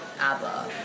ABBA